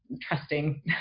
trusting